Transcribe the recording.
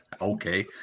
Okay